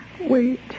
wait